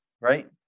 right